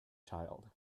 child